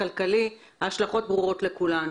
שהשלכותיה ברורות לכולנו.